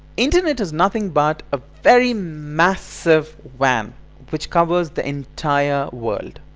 internet is nothing but a very massive wan which covers the entire world,